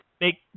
make